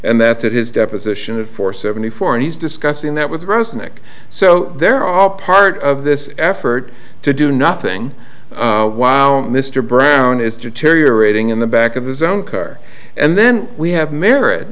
and that's it his deposition of four seventy four and he's discussing that with rose nick so they're all part of this effort to do nothing while mr brown is deteriorating in the back of his own car and then we have merrit